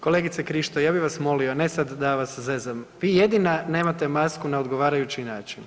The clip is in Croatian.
Kolegice Krišto, ja bi vas molio ne sad da vas zezam, vi jedina nemate masku na odgovarajući način.